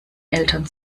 eltern